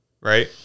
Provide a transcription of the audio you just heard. Right